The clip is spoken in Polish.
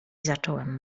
zacząłem